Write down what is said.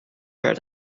ver